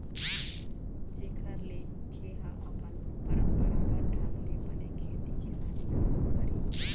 जेखर ले खे ह अपन पंरापरागत ढंग ले बने खेती किसानी घलोक करही